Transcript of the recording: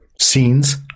Scenes